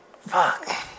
Fuck